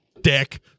Dick